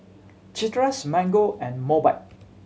Chateraise Mango and Mobike